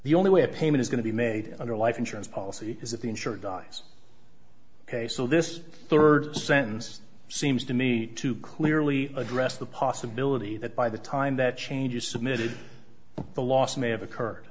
the only way a payment is going to be made under a life insurance policy is that the insurer dies ok so this third sentence seems to me to clearly address the possibility that by the time that change is submitted the loss may have occurred